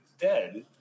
dead